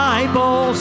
Bible